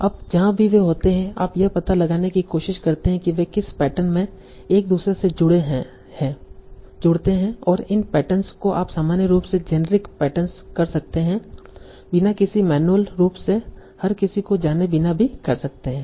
अब जहां भी वे होते हैं आप यह पता लगाने की कोशिश करते हैं कि वे किस पैटर्न में एक दूसरे से जुड़ते हैं और इन पैटर्नस को आप सामान्य रूप से जेनेरिक पैटर्नस कर सकते है बिना किसी मैन्युअल रूप से हर किसी को जाने बिना भी कर सकते है